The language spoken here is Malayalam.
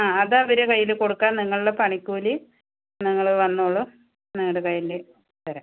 ആ അത് അവര് കൈയില് കൊടുക്കാം നിങ്ങളുടെ പണിക്കൂലി നിങ്ങള് വന്നോളു നിങ്ങളുടെ കൈയില് തരാം